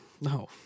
No